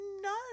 no